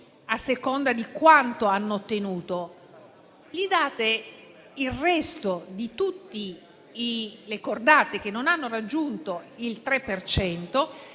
a seconda di quanto hanno ottenuto; date loro il resto di tutte le cordate che non hanno raggiunto il 3